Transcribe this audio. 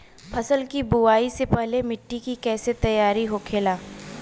फसल की बुवाई से पहले मिट्टी की कैसे तैयार होखेला?